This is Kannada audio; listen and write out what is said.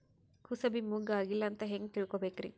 ಕೂಸಬಿ ಮುಗ್ಗ ಆಗಿಲ್ಲಾ ಅಂತ ಹೆಂಗ್ ತಿಳಕೋಬೇಕ್ರಿ?